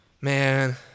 Man